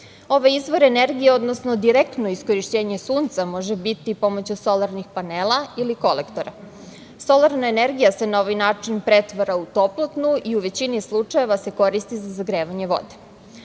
Ovaj izvor energije, odnosno direktno iskorišćenje sunca, može biti pomoću solarnih panela, ili kolektora. Solarna energija se na ovaj način pretvara u toplotnu i u većini slučajeva se koristi za zagrevanje